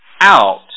out